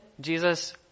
Jesus